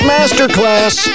Masterclass